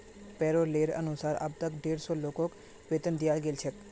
पैरोलेर अनुसार अब तक डेढ़ सौ लोगक वेतन दियाल गेल छेक